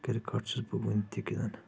cricket چھُس بہٕ وُنہِ تہِ گِںٛدان